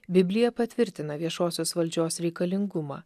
biblija patvirtina viešosios valdžios reikalingumą